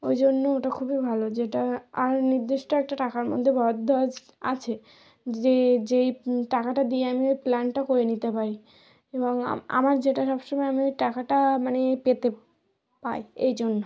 ওই জন্য ওটা খুবই ভালো যেটা আর নির্দিষ্ট একটা টাকার মধ্যে বরাদ্দ আছ আছে যে যেই টাকাটা দিয়ে আমি ওই প্ল্যানটা করে নিতে পারি এবং আমার যেটা সব সময় আমি ওই টাকাটা মানে পেতে পাই এই জন্য